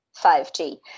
5G